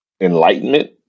enlightenment